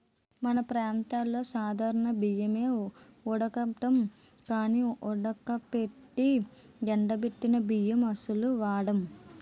మన ప్రాంతంలో సాధారణ బియ్యమే ఒండుకుంటాం గానీ ఉడకబెట్టి ఎండబెట్టిన బియ్యం అస్సలు వాడం